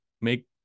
make